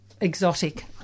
exotic